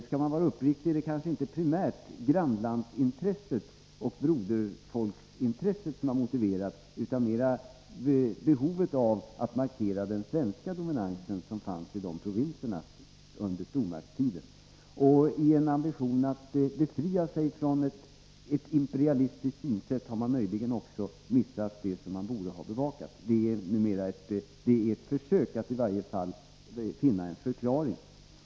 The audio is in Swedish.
Skall vi vara uppriktiga är det kanske inte primärt grannlandsoch broderskapsintresset som har varit motivet, utan mera behovet av att markera den svenska dominans som under stormaktstiden fanns i dessa provinser. I en ambition att befria sig från ett imperialistiskt synsätt har man möjligen också missat det som man borde ha bevakat. Det är i varje fall ett försök att finna en förklaring.